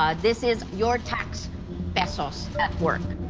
um this is your tax pesos at work.